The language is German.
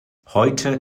heute